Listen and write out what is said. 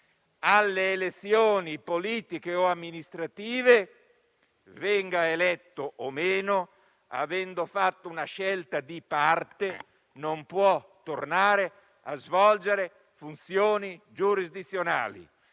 alle elezioni politiche o amministrative - che venga eletto o meno - avendo fatto una scelta di parte non può tornare a svolgere funzioni giurisdizionali,